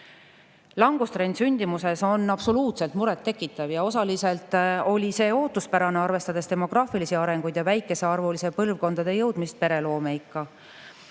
Langustrend sündimuses on absoluutselt muret tekitav ja osaliselt oli see ootuspärane, arvestades demograafilisi arenguid ja väikesearvuliste põlvkondade jõudmist pereloomeikka.